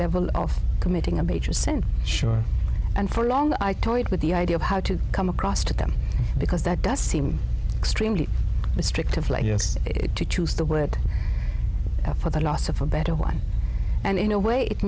level of committing a major sense sure and for long i toyed with the idea of how to come across to them because that does seem extremely restrictive let us choose the word for the loss of a better one and in no way it